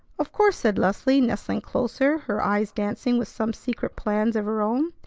of course! said leslie, nestling closer, her eyes dancing with some secret plans of her own.